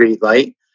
light